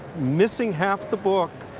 missing half the book,